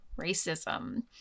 racism